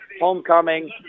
Homecoming